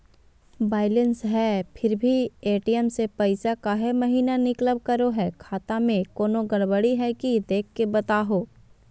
Balance है फिर भी भी ए.टी.एम से पैसा काहे महिना निकलब करो है, खाता में कोनो गड़बड़ी है की देख के बताहों?